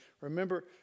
Remember